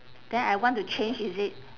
then I want to change is it